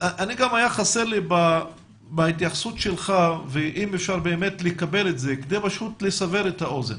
גם היה חסר לי בהתייחסות שלך ואם אפשר לקבל את זה כדי לסבר את האוזן